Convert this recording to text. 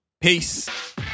Peace